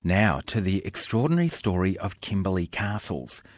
now to the extraordinary story of kimberley castles.